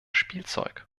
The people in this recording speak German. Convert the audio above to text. spielzeug